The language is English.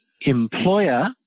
employer